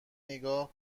نگاه